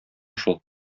шул